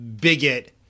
bigot